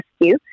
rescue